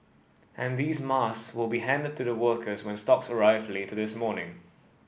and these masks will be handed to the workers when stocks arrive later this morning